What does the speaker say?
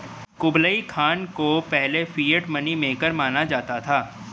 Kublai Khan को पहले fiat money maker माना जाता है